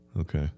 okay